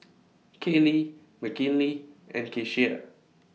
Kaylie Mckinley and Keshia